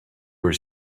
were